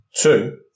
Two